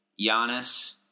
Giannis